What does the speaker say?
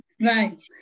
Right